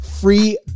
free